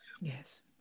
Yes